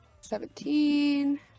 Seventeen